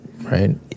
right